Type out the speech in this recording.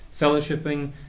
fellowshipping